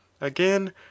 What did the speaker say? Again